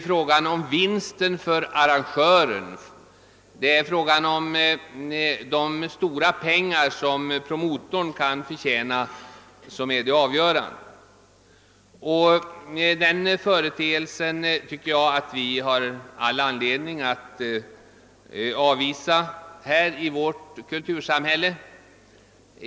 Frågan om vinsten för arrangörerna, de stora pengar som promotorn kan förtjäna är det avgörande. Den företeelsen tycker jag att vi har all anledning att ingripa mot i vårt kultursamhälle.